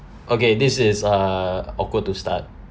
okay this is err awkward to start